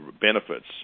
benefits